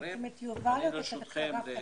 (היו"ר דוד ביטן, 10:14)